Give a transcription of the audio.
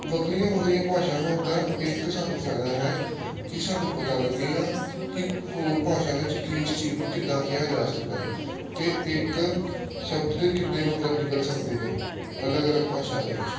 ਵੱਖਰੀਆਂ ਵੱਖਰੀਆਂ ਭਾਸ਼ਾ ਹੋਣ ਦਾ ਇੱਕ ਸਾਨੂੰ ਫਾਇਦਾ ਹੈ ਕਿ ਸਾਨੂੰ ਪਤਾ ਲੱਗੇਗਾ ਕਿ ਹੋਰ ਭਾਸ਼ਾ ਵਿੱਚ ਕਿਸ ਚੀਜ਼ ਨੂੰ ਕਿੱਦਾਂ ਕਿਹਾ ਜਾ ਸਕਦਾ ਅਤੇ ਇੱਕ ਸ਼ਬਦ ਦੇ ਕਿੰਨੇ ਮਤਲਬ ਨਿਕਲ ਸਕਦੇ ਨੇ ਅਲੱਗ ਅਲੱਗ ਭਾਸ਼ਾ ਵਿੱਚ